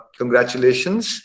congratulations